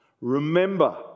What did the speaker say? Remember